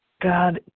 God